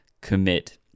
commit